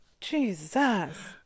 Jesus